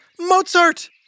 Mozart